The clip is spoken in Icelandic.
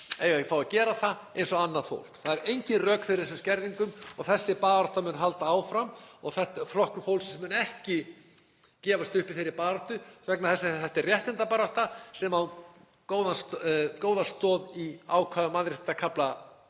eigi að fá að gera það eins og annað fólk. Það eru engin rök fyrir þessum skerðingum og þessi barátta mun halda áfram. Flokkur fólksins mun ekki gefast upp í þeirri baráttu vegna þess að þetta er réttindabarátta sem á góða stoð í ákvæðum mannréttindakafla